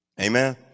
Amen